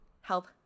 help